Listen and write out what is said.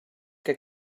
que